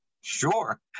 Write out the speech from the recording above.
sure